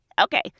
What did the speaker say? Okay